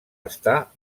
estar